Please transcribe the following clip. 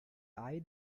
eye